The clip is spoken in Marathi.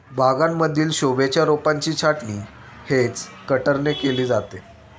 बागांमधील शोभेच्या रोपांची छाटणी हेज कटरने केली जाते